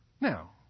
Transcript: Now